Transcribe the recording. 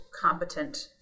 competent